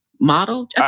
model